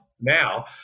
now